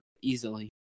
easily